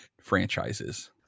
franchises